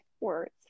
words